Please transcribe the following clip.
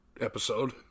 episode